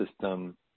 system